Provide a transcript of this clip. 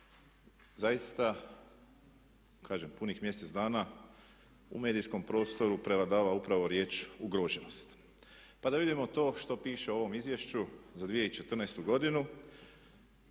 Zaista kažem punih mjesec dana u medijskom prostoru prevladava upravo riječ ugroženost. Pa da vidimo to što piše u ovom Izvješću za 2014. godinu